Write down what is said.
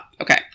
Okay